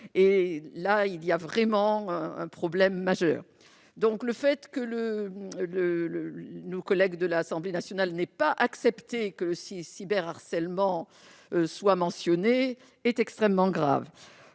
et là il y a vraiment un problème majeur, donc le fait que le le le nos collègues de l'Assemblée nationale n'est pas accepté que si cyber harcèlement soit mentionné est extrêmement grave,